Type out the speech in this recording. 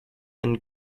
and